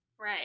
Right